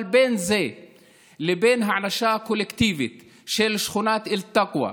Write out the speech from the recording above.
אבל בין זה לבין הענשה קולקטיבית של שכונת אל-תקווה,